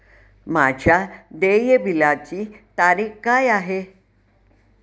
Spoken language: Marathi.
माझ्या देय बिलाची देय तारीख काय आहे?